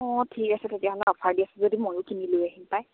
অঁ ঠিক আছে তেতিয়াহ'লে অফাৰ দি আছে যদি ময়ো কিনি লৈ আহিম পায়